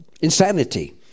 insanity